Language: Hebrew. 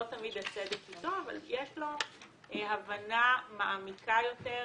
לא תמיד הצדק איתו אבל יש לו הבנה מעמיקה יותר,